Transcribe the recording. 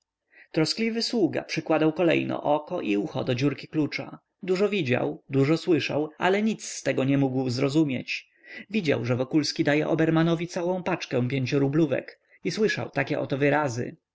pieniądzach troskliwy sługa przykładał kolejno oko i ucho do dziurki klucza dużo widział dużo słyszał ale nic nie mógł zrozumieć widział że wokulski daje obermanowi całą paczkę pięciorublówek i słyszał takie oto wyrazy